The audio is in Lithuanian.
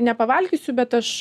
nepavalgysiu bet aš